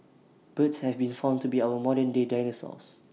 birds have been found to be our modern day dinosaurs